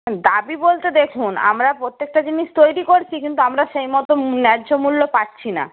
দাবী বলতে দেখুন আমরা প্রত্যেকটা জিনিস তৈরি করছি কিন্তু আমরা সেই মতো ন্যায্য মূল্য পাচ্ছি না